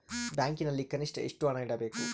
ಬ್ಯಾಂಕಿನಲ್ಲಿ ಕನಿಷ್ಟ ಎಷ್ಟು ಹಣ ಇಡಬೇಕು?